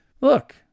look